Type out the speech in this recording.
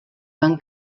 van